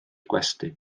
gwesty